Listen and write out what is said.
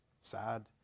sad